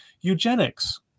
eugenics